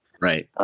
right